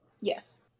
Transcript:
Yes